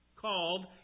called